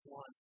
one